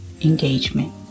engagement